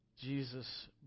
Jesus